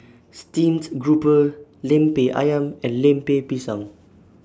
Steamed Grouper Lemper Ayam and Lemper Pisang